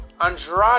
Andrade